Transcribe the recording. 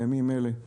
בימים אלה אנחנו